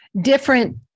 different